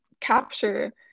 capture